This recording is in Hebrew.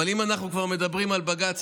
אבל אם אנחנו כבר מדברים על בג"ץ,